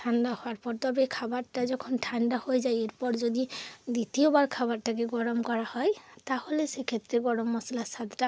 ঠান্ডা হওয়ার পর তবে খাবারটা যখন ঠান্ডা হয়ে যায় এরপর যদি দ্বিতীয়বার খাবারটাকে গরম করা হয় তাহলে সেক্ষেত্রে গরম মশলার স্বাদটা